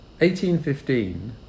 1815